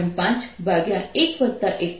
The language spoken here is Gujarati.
5 11